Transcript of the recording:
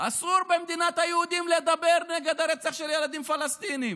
אסור במדינת היהודים לדבר נגד הרצח של ילדים פלסטינים.